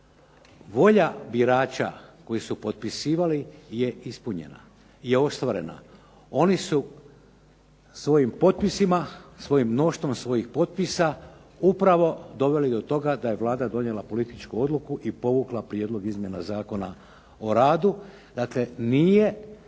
volja birača koji su potpisivali je ispunjena, je ostvarena. Oni su svojim potpisima, svojim mnoštvom svojih potpisa upravo doveli do toga da je Vlada donijela političku odluku i povukla Prijedlog izmjena Zakona o radu.